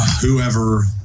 Whoever